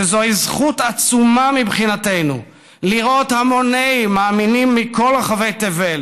שזוהי זכות עצומה מבחינתנו לראות המוני מאמינים מכל רחבי תבל